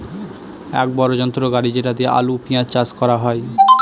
এক বড়ো যন্ত্র গাড়ি যেটা দিয়ে আলু, পেঁয়াজ চাষ করা হয়